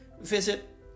visit